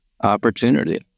opportunity